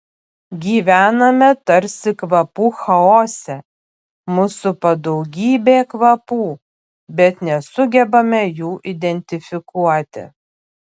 gyvename tarsi kvapų chaose mus supa daugybė kvapų bet nesugebame jų identifikuoti